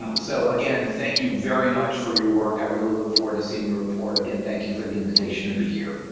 so, again, thank you very much for your work. i really look forward to seeing your report again. thank you for the invitation to be here.